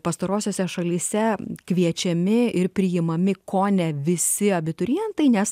pastarosiose šalyse kviečiami ir priimami kone visi abiturientai nes